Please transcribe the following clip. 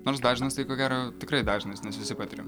nors dažnas tai ko gero tikrai dažnas nes visi patiriam